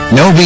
no